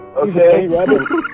okay